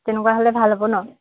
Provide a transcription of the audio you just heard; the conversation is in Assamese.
তেনেকুৱা হ'লে ভাল হ'ব ন